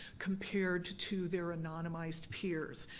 compared to their anonymized peers.